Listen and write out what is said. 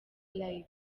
live